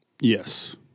Yes